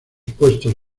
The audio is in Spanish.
puestos